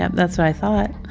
that's what i thought